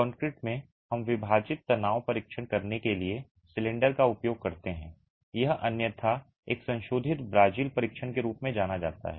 concrete में हम विभाजित तनाव परीक्षण करने के लिए सिलेंडर का उपयोग करते हैं यह अन्यथा एक संशोधित ब्राजील परीक्षण के रूप में जाना जाता है